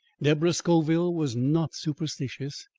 deborah scoville was not superstitious,